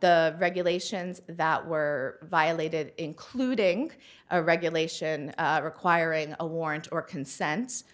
the regulations that were violated including a regulation requiring a warrant or consents